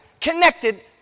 connected